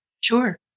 Sure